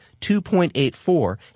2.84